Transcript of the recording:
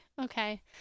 okay